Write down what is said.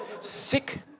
Sick